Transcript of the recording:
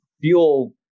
fuel